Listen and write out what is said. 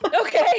Okay